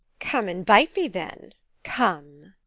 come and bite me then come!